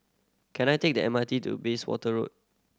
can I take the M R T to Bayswater Road